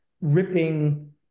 ripping